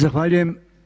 Zahvaljujem.